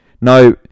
Now